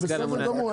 הוא בסדר גמור,